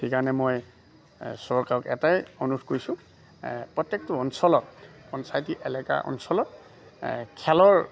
সেইকাৰণে মই চৰকাৰক এটাই অনুৰোধ কৰিছোঁ প্ৰত্যেকটো অঞ্চলত পঞ্চায়তী এলেকা অঞ্চলত খেলৰ